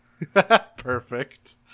perfect